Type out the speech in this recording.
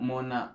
Mona